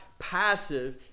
passive